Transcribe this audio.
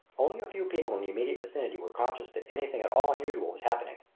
only a few people in the immediate vicinity were conscious that anything at all unusual was happening.